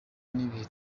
n’ibihe